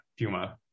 Fuma